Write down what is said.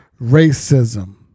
racism